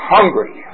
Hungry